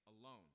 alone